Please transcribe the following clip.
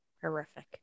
horrific